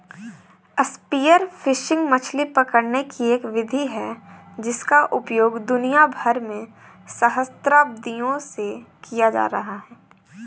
spear fishing मछली पकड़ने की एक विधि है जिसका उपयोग दुनिया भर में सहस्राब्दियों से किया जाता रहा है